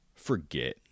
forget